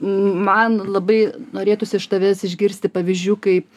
man labai norėtųsi iš tavęs išgirsti pavyzdžių kaip